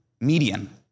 median